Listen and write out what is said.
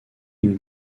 une